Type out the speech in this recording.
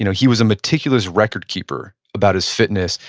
you know he was a meticulous record keeper about his fitness,